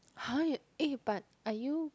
!huh! you eh but are you